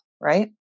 Right